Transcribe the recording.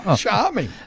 Charming